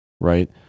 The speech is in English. right